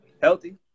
Healthy